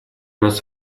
нас